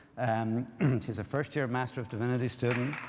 um and she's a first year master of divinity student.